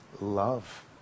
love